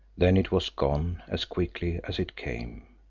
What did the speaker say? then it was gone as quickly as it came.